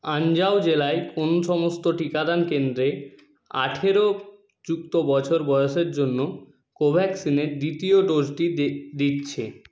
আনজাও জেলায় কোন সমস্ত টিকাদান কেন্দ্রে আঠেরো যুক্ত বছর বয়সের জন্য কোভ্যাক্সিনের দ্বিতীয় ডোজটি দি দিচ্ছে